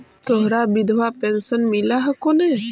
तोहरा विधवा पेन्शन मिलहको ने?